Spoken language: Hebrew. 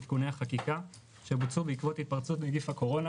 עדכוני החקיקה שבוצעו בעקבות התפרצות נגיף הקורונה